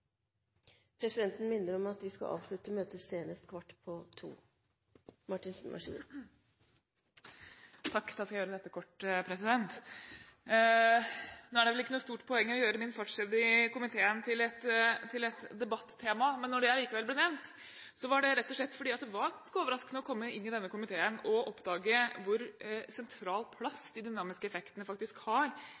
avslutte møtet senest kl. 13.45. Jeg skal gjøre dette kort. Nå er det vel ikke noe stort poeng å gjøre min fartstid i komiteen til et debattema, men når det allikevel ble nevnt, vil jeg si at det rett og slett var overraskende å komme inn i denne komiteen og oppdage hvor sentral plass – hvor overraskende stor plass – de dynamiske effektene har